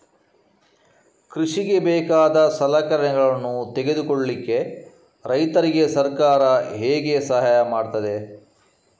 ಕೃಷಿಗೆ ಬೇಕಾದ ಸಲಕರಣೆಗಳನ್ನು ತೆಗೆದುಕೊಳ್ಳಿಕೆ ರೈತರಿಗೆ ಸರ್ಕಾರ ಹೇಗೆ ಸಹಾಯ ಮಾಡ್ತದೆ?